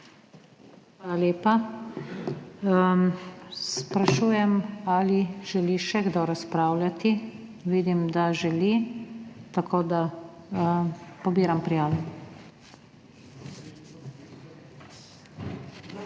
Hvala lepa. Sprašujem, ali želi še kdo razpravljati. Vidim, da želi, tako da pobiram prijave. Samo